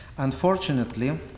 Unfortunately